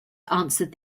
answered